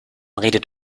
redet